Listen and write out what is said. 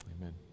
Amen